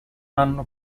hanno